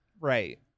Right